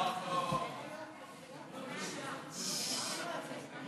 בנושא: החלטת ועדת סל הבריאות שלא לכלול